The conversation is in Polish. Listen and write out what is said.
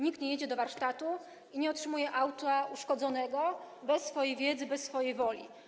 Nikt nie jedzie do warsztatu i nie otrzymuje auta uszkodzonego bez swojej wiedzy, bez swojej woli.